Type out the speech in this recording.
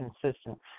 consistent